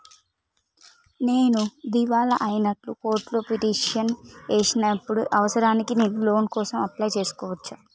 నేను దివాలా అయినట్లు కోర్టులో పిటిషన్ ఏశిన ఇప్పుడు అవసరానికి నేను లోన్ కోసం అప్లయ్ చేస్కోవచ్చా?